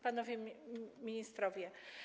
Panowie Ministrowie!